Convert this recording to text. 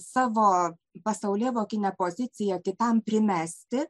savo pasaulėvokinę poziciją kitam primesti